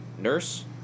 nurse